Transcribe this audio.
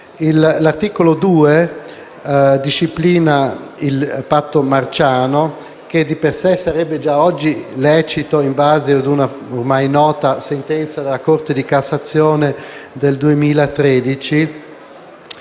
L'articolo 2 disciplina il patto marciano, che di per sé sarebbe già oggi lecito in base ad una ormai nota sentenza della Corte di cassazione del 2013